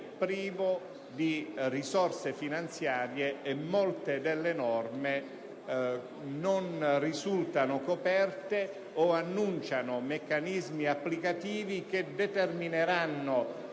privo di risorse finanziarie e molte delle norme non risultano coperte o enunciano meccanismi applicativi che determineranno